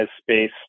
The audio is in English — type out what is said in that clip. space